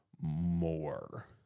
more